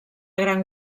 gran